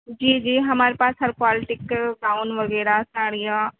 جی جی ہمارے پاس ہر کوالٹی کے گاؤن وغیرہ ساڑیاں